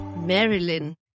Marilyn